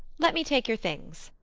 let me take your things.